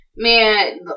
Man